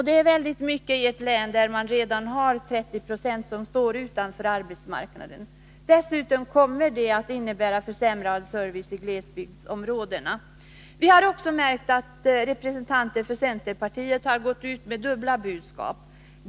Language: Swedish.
Det är väldigt mycket i ett län där 13 26 redan står utanför arbetsmarknaden. Dessutom kommer beslutet att innebära försämrad service i glesbygdsområdena. Vi har också märkt att representanter för centerpartiet har gått ut med dubbla budskap.